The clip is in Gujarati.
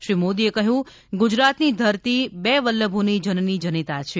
શ્રી મોદીએ કહ્યું કે ગુજરાતની ધરતી બે વલ્લભોની જનની જનેતા છે